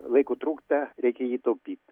laiko trūksta reikia jį taupyt